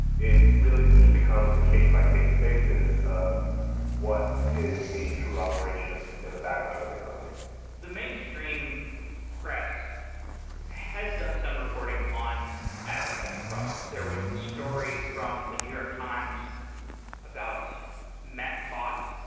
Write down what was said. it really just becomes a case by case basis of what is the true operation in the background of the company the mainstream press has done some reporting on advertising fraud. there was the story from the new york times about methbot,